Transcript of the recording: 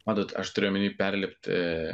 matot aš turiu omeny perlipt